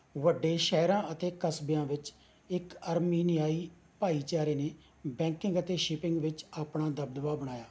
ਵੱਡੇ ਸ਼ਹਿਰਾਂ ਅਤੇ ਕਸਬਿਆਂ ਵਿੱਚ ਇੱਕ ਅਰਮੀਨੀਆਈ ਭਾਈਚਾਰੇ ਨੇ ਬੈਂਕਿੰਗ ਅਤੇ ਸ਼ਿਪਿੰਗ ਵਿੱਚ ਆਪਣਾ ਦਬਦਬਾ ਬਣਾਇਆ